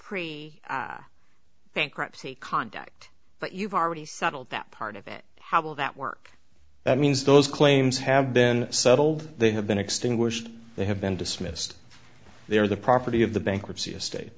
pre bankruptcy conduct but you've already settled that part of it how will that work that means those claims have been settled they have been extinguished they have been dismissed they are the property of the bankruptcy estate